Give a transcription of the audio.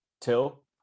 Till